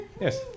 Yes